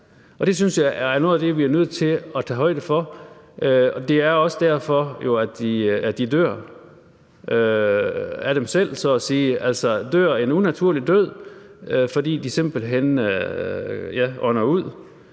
det synes jeg er noget af det, vi er nødt til at tage højde for. Det er jo også derfor, de dør af sig selv så at sige, altså dør en unaturlig død – fordi de simpelt hen dør,